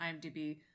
IMDb